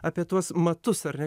apie tuos matus ar ne